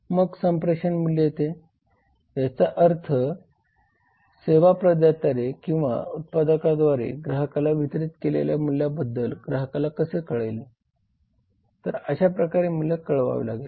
मग संप्रेषण मूल्य येते याचा अर्थ सेवा प्रदात्याद्वारे किंवा उत्पादकाद्वारे ग्राहकाला वितरित केलेल्या मूल्याबद्दल ग्राहकाला कसे कळेल तर अशा प्रकारे मूल्य कळवावे लागते